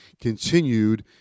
continued